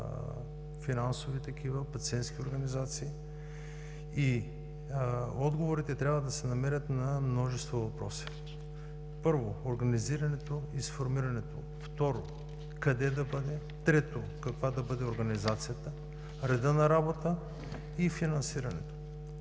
финансови такива, пациентски организации. Отговори трябва да се намерят на множество въпроси: първо, организирането и сформирането; второ, къде да бъде; трето, каква да бъде организацията, редът на работата и финансирането.